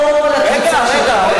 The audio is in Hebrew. תיקח את כל הקבוצה של חברי הכנסת,